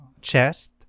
chest